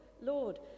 Lord